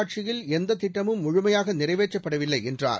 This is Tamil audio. ஆட்சியில் எந்தத் திட்டமும் முழுமையாக நிறைவேற்றப்படவில்லை என்றார்